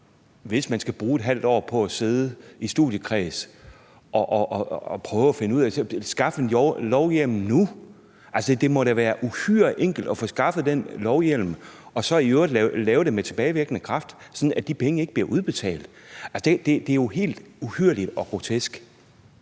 man skal bruge et halvt år på at sidde i studiekreds og prøve at finde ud af det. Skaf en lovhjemmel nu. Altså, det må da være uhyre enkelt at få skaffet den lovhjemmel og så i øvrigt gøre det med tilbagevirkende kraft, sådan at de penge ikke bliver udbetalt. Det er jo helt uhyrligt og grotesk,